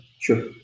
Sure